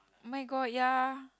my god ya